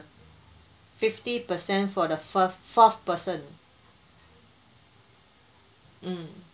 fifty percent for the fourth fourth person mm